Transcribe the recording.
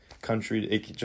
country